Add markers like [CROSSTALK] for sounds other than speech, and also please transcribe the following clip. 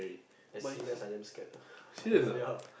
I see rats I damn scared [BREATH] ya